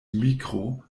mikro